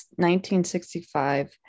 1965